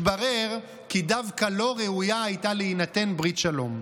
התברר כי דווקא לו ראויה הייתה להינתן ברית שלום.